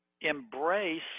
embrace